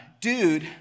Dude